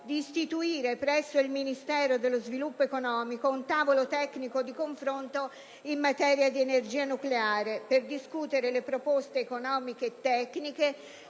di istituire presso il Ministero dello sviluppo economico un tavolo tecnico di confronto in materia di energia nucleare per discutere le proposte economiche e tecniche,